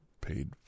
paid